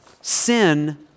Sin